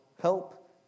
help